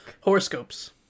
horoscopes